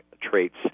traits